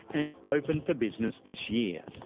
and open for business this year.